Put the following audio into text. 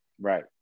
right